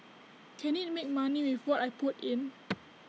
can IT make money with what I put in